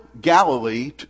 Galilee